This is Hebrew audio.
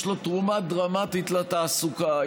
יש לו תרומה דרמטית לתעסוקה,